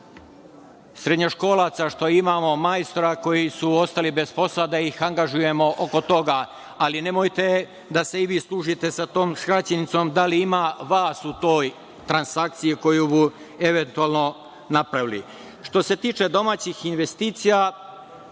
srednjoškolaca što imamo majstora koji su ostali bez posla da ih angažujemo oko toga, ali nemojte da se i vi služite sa tom skraćenicom da li ima vas u toj transakciji koju bi eventualno napravili. Što se tiče domaćih investicija,